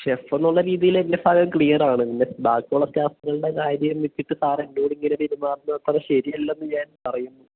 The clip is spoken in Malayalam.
ഷെഫെന്നുള്ള രീതിയിൽ എൻ്റെ ഭാഗം ക്ലിയറാണ് പിന്നെ ബാക്കിയുള്ള സ്റ്റാഫ്കളുടെ കാര്യം വെച്ചിട്ട് സാറെന്നോടിങ്ങനെ പെരുമാറുന്നത് അത്ര ശരിയല്ലെന്ന് ഞാൻ പറയുന്നു